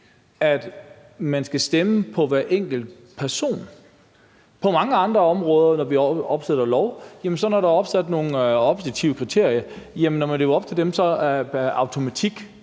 at man skal stemme på hver enkelt person? På mange andre områder, når vi opsætter love, er der opsat nogle objektive kriterier, og når man